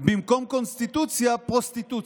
למה במקום קונסטיטוציה אתם עושים פרוסטיטוציה?